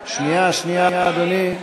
שנייה, שנייה, אדוני.